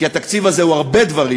כי התקציב הזה הוא הרבה דברים,